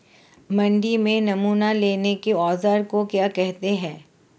मंडी में नमूना लेने के औज़ार को क्या कहते हैं?